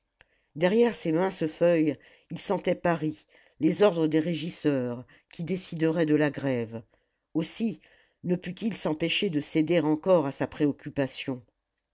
derrière ces minces feuilles il sentait paris les ordres des régisseurs qui décideraient de la grève aussi ne put-il s'empêcher de céder encore à sa préoccupation